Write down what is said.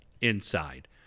inside